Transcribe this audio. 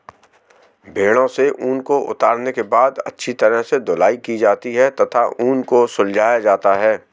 भेड़ों से ऊन को उतारने के बाद अच्छी तरह से धुलाई की जाती है तथा ऊन को सुलझाया जाता है